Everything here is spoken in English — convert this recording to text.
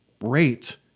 rate